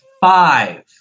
five